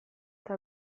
eta